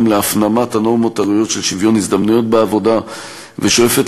גם בהפנמת הנורמות הראויות של שוויון הזדמנויות בעבודה ושואפת